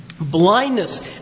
Blindness